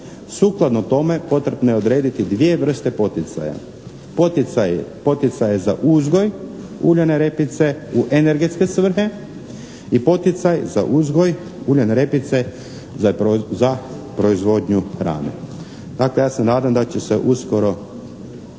Sukladno tome potrebno je odrediti dvije vrste poticaja, poticaje za uzgoj uljane repice u energetske svrhe i poticaj za uzgoj uljane repice za proizvodnju hrane. Dakle, ja se nadam da će se uskoro